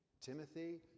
Timothy